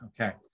Okay